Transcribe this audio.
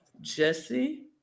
Jesse